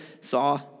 saw